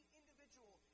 individual